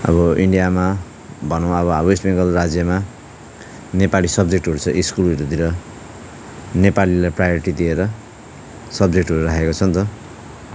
अब इन्डियामा बङ्गला वा वेस्ट बङ्गाल राज्यमा नेपाली सब्जेक्टहरू छ स्कुलहरूतिर नेपालीलाई प्रायोरिटी दिएर सब्जेक्टहरू राखेको छ नि त